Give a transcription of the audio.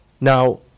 Now